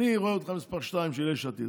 אני רואה אותך מספר שתיים של יש עתיד,